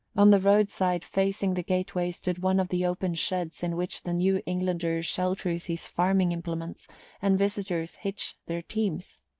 on the road-side facing the gateway stood one of the open sheds in which the new englander shelters his farming implements and visitors hitch their teams.